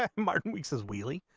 ah martin weeks is really